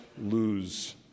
lose